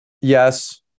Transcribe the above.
Yes